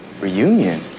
Reunion